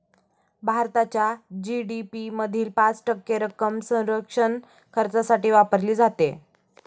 भारताच्या जी.डी.पी मधील पाच टक्के रक्कम संरक्षण खर्चासाठी वापरली जाते